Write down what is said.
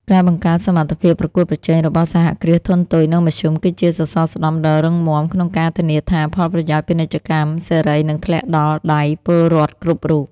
ការបង្កើនសមត្ថភាពប្រកួតប្រជែងរបស់សហគ្រាសធុនតូច និងមធ្យម គឺជាសសរស្តម្ភដ៏រឹងមាំក្នុងការធានាថា ផលប្រយោជន៍ពីពាណិជ្ជកម្មសេរីនឹងធ្លាក់ដល់ដៃពលរដ្ឋគ្រប់រូប។